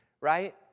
Right